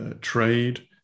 trade